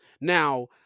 Now